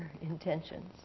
intentions